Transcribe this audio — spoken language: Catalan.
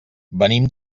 venim